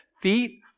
feet